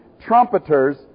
trumpeters